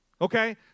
Okay